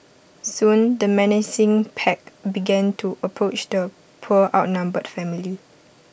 soon the menacing pack began to approach the poor outnumbered family